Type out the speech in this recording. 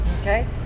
okay